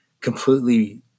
completely